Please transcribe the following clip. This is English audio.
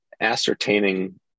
ascertaining